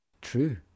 True